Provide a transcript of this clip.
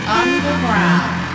underground